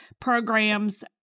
programs